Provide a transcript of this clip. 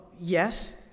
yes